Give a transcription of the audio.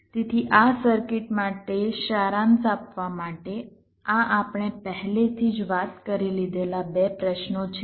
તેથી આ સર્કિટ માટે સારાંશ આપવા માટે આ આપણે પહેલેથી જ વાત કરી લીધેલા 2 પ્રશ્નો છે